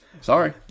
Sorry